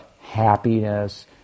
happiness